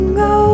go